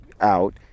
out